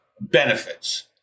benefits